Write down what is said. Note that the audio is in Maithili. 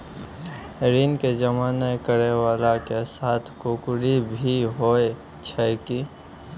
ऋण के जमा नै करैय वाला के साथ कुर्की भी होय छै कि?